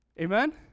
Amen